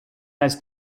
has